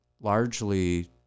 largely